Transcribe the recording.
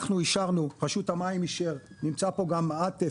אנחנו אישרנו, רשות המים אישרו, נמצא פה גם עאטף,